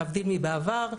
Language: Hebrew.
להבדיל מבעבר,